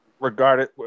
regarded